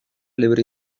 libre